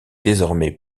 désormais